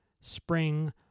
spring